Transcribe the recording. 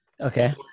Okay